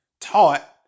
taught